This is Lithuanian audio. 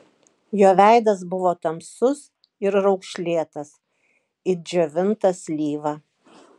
jo veidas buvo tamsus ir raukšlėtas it džiovinta slyva